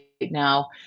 now